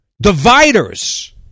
dividers